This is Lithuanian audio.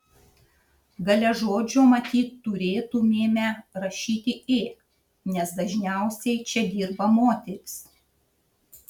gale žodžio matyt turėtumėme rašyti ė nes dažniausiai čia dirba moterys